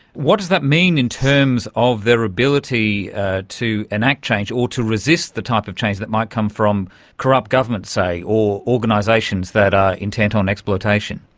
what does that mean in terms of their ability to enact change or to resist the type of change that might come from corrupt governments, say, or organisations that are intent on exploitation?